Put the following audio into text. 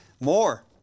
more